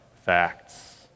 facts